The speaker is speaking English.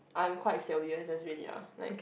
I'm quite sian of U_S_S already ah like